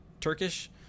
Turkish